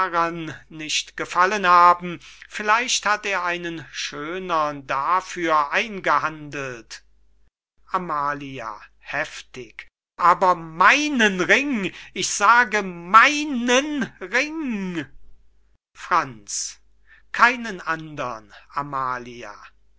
nicht gefallen haben vielleicht hat er einen schönern dafür eingehandelt amalia heftig aber meinen ring ich sage meinen ring franz keinen andern amalia